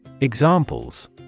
Examples